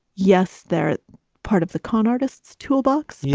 yes, they're part of the con artists toolbox. yeah